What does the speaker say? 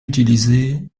utilisée